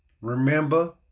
Remember